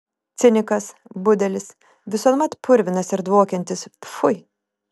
cinikas budelis visuomet purvinas ir dvokiantis pfui